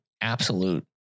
absolute